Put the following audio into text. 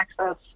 access